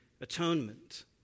atonement